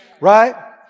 right